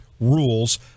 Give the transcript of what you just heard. rules